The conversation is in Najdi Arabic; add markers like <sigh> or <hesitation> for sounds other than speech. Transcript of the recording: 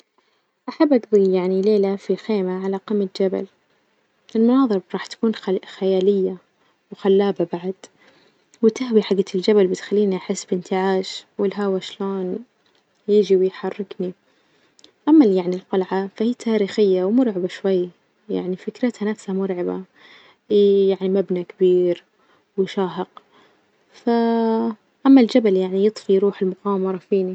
أحب أجضي يعني ليلة في خيمة على قمة جبل، المناظر راح تكون خي- خيالية وخلابة بعد، والتهوية حجت الجبل بتخليني أحس بإنتعاش والهوا شلون يجي ويحركني، أما يعني الجلعة فهي تاريخية ومرعبة يعني فكرتها نفسها مرعبة، يعني مبنى كبير ويشاهق ف <hesitation> أما الجبل يعني يطفي روح المغامرة فيني.